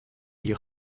die